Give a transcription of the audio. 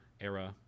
era